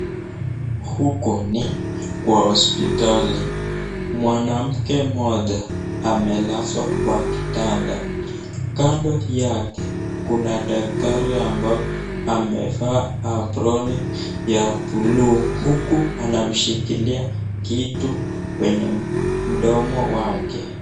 Huku ni kwa hospitali. Mwanamke mmoja amelazwa kwa kitanda. Kando yake kuna daktari ambao amevaa aproni ya buluu huku anamshikilia kitu kwenye mdomo wake.